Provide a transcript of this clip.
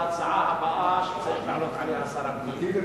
ההצעה הבאה שצריך לענות עליה שר הפנים היא שלי,